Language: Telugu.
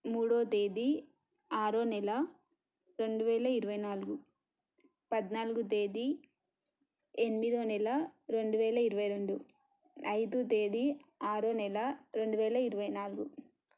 మూడవ తేదీ ఆరవ నెల రెండువేల ఇరవైనాలుగు పద్నాలుగు తేదీ ఎనిమిదవ నెల రెండు వేల ఇరవై రెండు ఐదు తేదీ ఆరవ నెల రెండు వేల ఇరవై నాలుగు